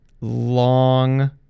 long